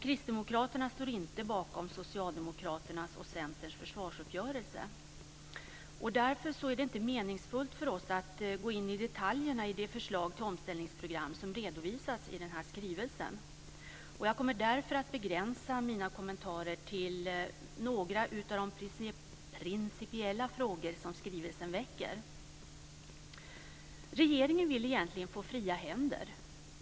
Kristdemokraterna står inte bakom Socialdemokraternas och Centerns försvarsuppgörelse. Därför är det inte meningsfullt för oss att gå in i detaljerna i det förslag till omställningsprogram som redovisas i denna skrivelse. Jag kommer därför att begränsa mina kommentarer till några av de principiella frågor som skrivelsen väcker. Regeringen vill egentligen få fria händer.